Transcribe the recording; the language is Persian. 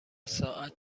ساعت